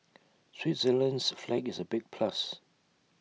Switzerland's flag is A big plus